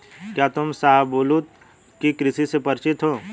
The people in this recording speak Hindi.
क्या तुम शाहबलूत की कृषि से परिचित हो?